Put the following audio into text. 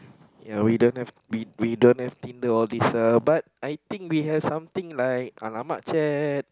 ya we don't have we we don't have Tinder all these but I think we have something like !alamak! Chat